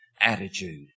attitude